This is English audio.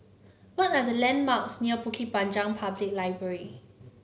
what are the landmarks near Bukit Panjang Public Library